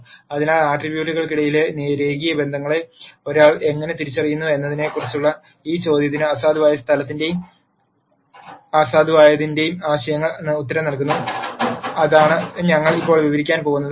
അതിനാൽ ആട്രിബ്യൂട്ടുകൾക്കിടയിലെ രേഖീയ ബന്ധങ്ങളെ ഒരാൾ എങ്ങനെ തിരിച്ചറിയുന്നു എന്നതിനെക്കുറിച്ചുള്ള ഈ ചോദ്യത്തിന് അസാധുവായ സ്ഥലത്തിന്റെയും അസാധുവായതിന്റെയും ആശയങ്ങൾ ഉത്തരം നൽകുന്നു അതാണ് ഞങ്ങൾ ഇപ്പോൾ വിവരിക്കാൻ പോകുന്നത്